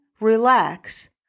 relax